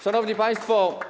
Szanowni Państwo!